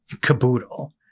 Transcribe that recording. caboodle